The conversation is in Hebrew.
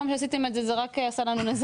בכל פעם שעשיתם את זה נזכיר שזה רק עשה לנו נזקים.